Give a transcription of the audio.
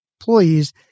employees